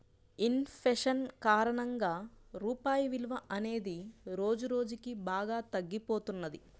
in fashion కారణంగా రూపాయి విలువ అనేది రోజురోజుకీ బాగా తగ్గిపోతున్నది